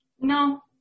No